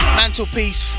mantelpiece